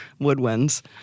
woodwinds